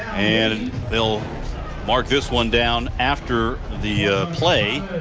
and and they'll mark this one down after the play.